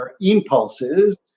impulses